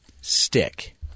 stick